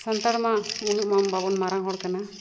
ᱥᱟᱱᱛᱟᱲᱼᱢᱟ ᱩᱱᱟᱹᱜᱼᱢᱟ ᱵᱟᱵᱚᱱ ᱢᱟᱨᱟᱝ ᱦᱚᱲ ᱠᱟᱱᱟ